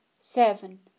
seven